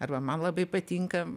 arba man labai patinka